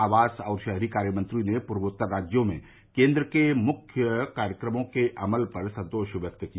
आवास और शहरी कार्यमंत्री ने पूर्वोत्तर राज्यों में केन्द्र के मुख्य कार्यक्रमों के अमल पर संतोष व्यक्त किया